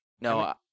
No